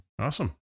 Awesome